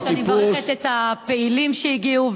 אני מברכת את הפעילים שהגיעו,